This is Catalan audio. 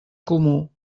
comú